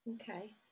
okay